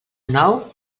nou